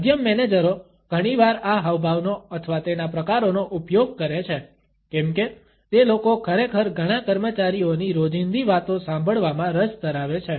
મધ્યમ મેનેજરો ઘણીવાર આ હાવભાવનો અથવા તેના પ્રકારોનો ઉપયોગ કરે છે કેમકે તે લોકો ખરેખર ઘણા કર્મચારીઓની રોજિંદી વાતો સાંભળવામાં રસ ધરાવે છે